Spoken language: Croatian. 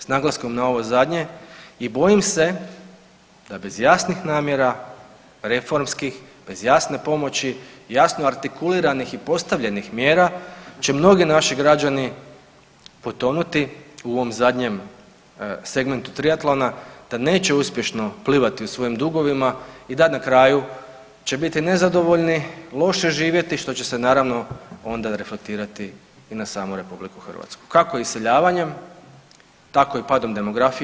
S naglaskom na ovo zadnje i bojim se da bez jasnih namjera reformskih, bez jasne pomoći, jasno artikuliranih i postavljenih mjera će mnogi naši građani potonuti u ovom zadnjem segmentu trijatlona da neće uspješno plivati u svojim dugovima i da na kraju će biti nezadovoljni, loše živjeti što će se naravno onda reflektirati i na samu Republiku Hrvatsku kako iseljavanjem tako i padom demografije.